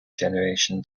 generation